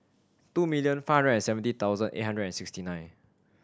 two million five hundred seventy thousand eight hundred and sixty nine